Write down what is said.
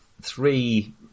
three